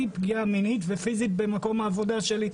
פגיעה מינית ופיזית במקום העבודה שלי.